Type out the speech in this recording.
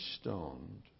stoned